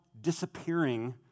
disappearing